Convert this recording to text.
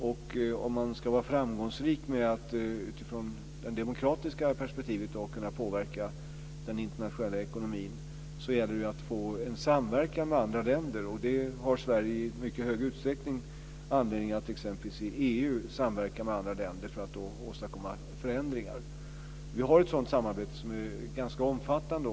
Och om man ska vara framgångsrik med att utifrån det demokratiska perspektivet kunna påverka den internationella ekonomin så gäller det ju att få en samverkan med andra länder, och Sverige har i mycket stor utsträckning anledning t.ex. i EU att samverka med andra länder för att åstadkomma förändringar. Vi har ett sådant samarbete som är ganska omfattande.